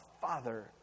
Father